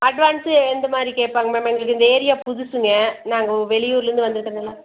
advance எந்தமாதிரி கேட்பாங்க ma'am எங்களுக்கு இந்த ஏரியா புதுசுங்க நாங்கள் வெளியூர்லர்ந்து வந்துருக்கறதால